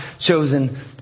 chosen